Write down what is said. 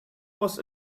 was